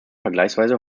vergleichsweise